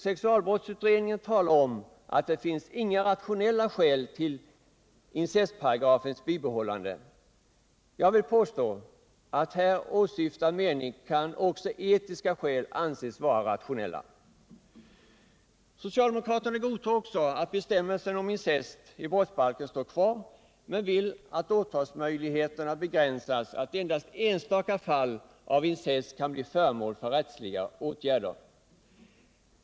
Sexualbrottsutredningen talar om att det inte finns några rationella skäl för incestparagrafens bibehållande. Jag vill påstå att i här åsyftad mening kan också etiska skäl anses vara ”rationella”. Nr 93 Socialdemokraterna godtar också att bestämmelsen om incest i brotts Fredagen den balken står kvar men vill att åtalsmöjligheterna begränsas så att endast 10 mars 1978 enstaka fall av incest kan bli föremål för rättsliga åtgärder.